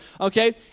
okay